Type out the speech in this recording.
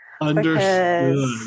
Understood